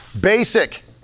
Basic